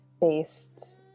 based